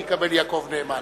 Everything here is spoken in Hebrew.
אני אקבל יעקב נאמן.